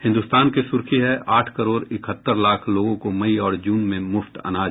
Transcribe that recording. हिन्दुस्तान की सुर्खी है आठ करोड़ इकहत्तर लाख लोगों को मई और जून में मुफ्त अनाज